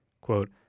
quote